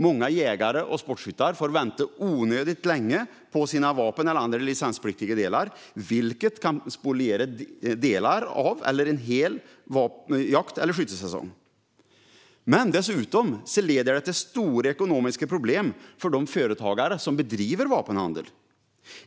Många jägare och sportskyttar får vänta onödigt länge på att få sina vapen eller andra licenspliktiga delar, vilket kan spoliera delar av eller en hel jakt eller skyttesäsong. Dessutom leder det till stora ekonomiska problem för de företagare som bedriver vapenhandel.